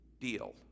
deal